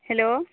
hello